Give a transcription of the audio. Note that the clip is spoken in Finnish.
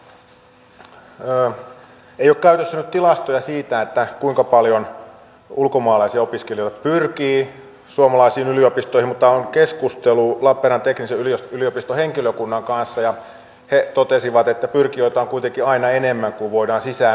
ei ole käytössä nyt tilastoja siitä kuinka paljon ulkomaalaisia opiskelijoita pyrkii suomalaisiin yliopistoihin mutta olen keskustellut lappeenrannan teknillisen yliopiston henkilökunnan kanssa ja he totesivat että pyrkijöitä on kuitenkin aina enemmän kuin voidaan sisään ottaa